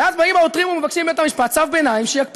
ואז באים העותרים ומבקשים מבית-המשפט צו ביניים שיקפיא